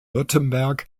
württemberg